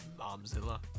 Momzilla